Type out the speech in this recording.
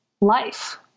life